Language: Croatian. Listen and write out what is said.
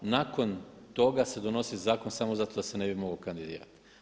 Nakon toga se donosi zakon samo zato da se ne bi mogao kandidirati.